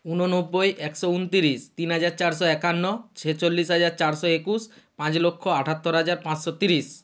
উননব্বই একশো উনতিরিশ তিন হাজার চারশো একান্ন ছেচল্লিশ হাজার চারশো একুশ পাঁচ লক্ষ আটাত্তর হাজার পাঁচশো তিরিশ